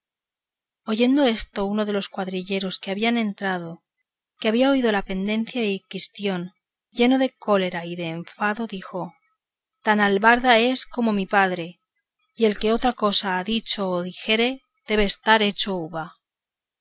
oyendo esto uno de los cuadrilleros que habían entrado que había oído la pendencia y quistión lleno de cólera y de enfado dijo tan albarda es como mi padre y el que otra cosa ha dicho o dijere debe de estar hecho uva